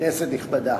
כנסת נכבדה,